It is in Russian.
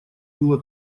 было